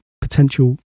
potential